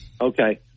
Okay